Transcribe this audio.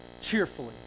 cheerfully